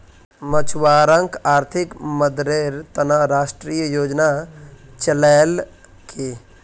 मछुवारॉक आर्थिक मददेर त न राष्ट्रीय योजना चलैयाल की